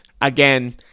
again